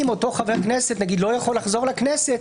אם אותו חבר כנסת לא יכול לחזור לכנסת,